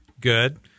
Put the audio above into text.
Good